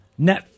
Netflix